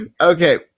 Okay